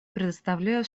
предоставляю